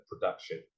production